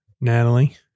Natalie